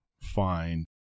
find